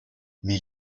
mais